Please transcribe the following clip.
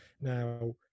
Now